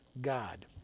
God